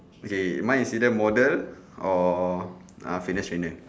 okay mine is either model or uh fitness trainer